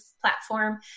platform